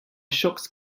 shocks